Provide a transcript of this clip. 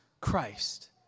Christ